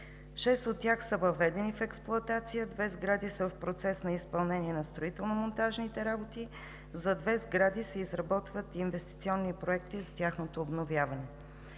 шест от тях са въведени в експлоатация, а две сгради са в процес на изпълнение на строително-монтажните работи, за две сгради се изработват инвестиционни проекти за тяхното обновяване.